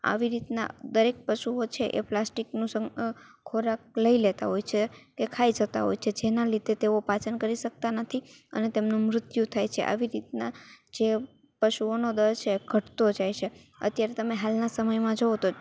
આવી રીતનાં દરેક પશુઓ છે એ પ્લાસ્ટિકનું ખોરાક લઇ લેતાં હોય છે કે ખાઈ જતાં હોય છે જેનાં લીધે તેઓ પાચન કરી શકતા નથી અને તેમનું મૃત્યુ થાય છે આવી રીતનાં જે પશુઓનો દર છે ઘટતો જાય છે અત્યારે તમે હાલનાં સમયમાં જોવો તો